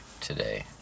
today